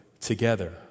together